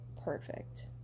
perfect